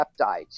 peptides